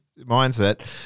mindset